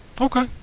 Okay